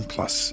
Plus